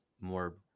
more